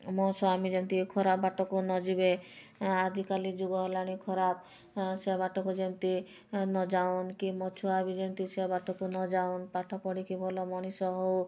ମୋ ସ୍ୱାମୀ ଯେମତି ଖରାପ ବାଟକୁ ନଯିବେ ଆଜିକାଲି ଯୁଗ ହେଲାଣି ଖରାପ ସେ ବାଟକୁ ଯେମତି ନଯାଉନ କି ମୋ ଛୁଆ ବି ଯେମିତି ସେ ବାଟକୁ ନଯାଉନ ପାଠ ପଢ଼ିକି ଭଲ ମଣିଷ ହେଉ